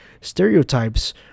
Stereotypes